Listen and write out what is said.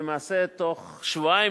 ולמעשה בתוך שבועיים,